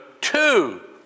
two